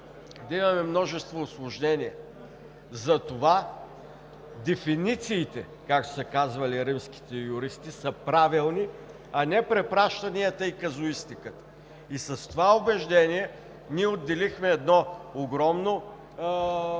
да имаме множество усложнения. Затова дефинициите, както са казвали римските юристи, са правилни, а не препращанията и казуистиката. С това убеждение ние отделихме едно огромно